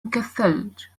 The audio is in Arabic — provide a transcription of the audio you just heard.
كالثلج